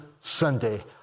Sunday